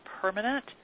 permanent